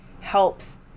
helps